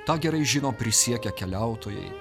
tą gerai žino prisiekę keliautojai